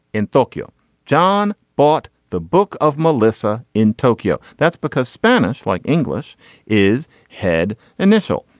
in tokyo john bought the book of melissa in tokyo that's because spanish like english is head initial.